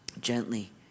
gently